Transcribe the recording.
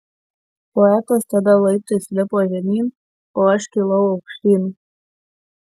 poetas tada laiptais lipo žemyn o aš kilau aukštyn